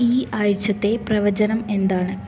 ഈ ആഴ്ചത്തെ പ്രവചനം എന്താണ്